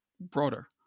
broader